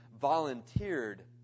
volunteered